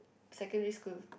secondary school